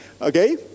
okay